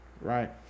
right